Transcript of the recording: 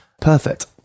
perfect